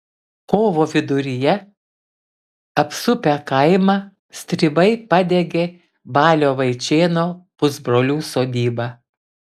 kovo viduryje apsupę kaimą stribai padegė balio vaičėno pusbrolių sodybą